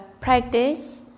practice